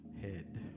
head